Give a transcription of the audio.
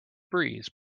breeze